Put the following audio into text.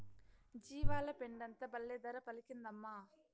జీవాల పెండంతా బల్లే ధర పలికిందమ్మా